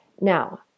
Now